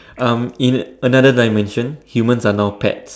um in another dimension humans are now pets